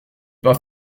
pas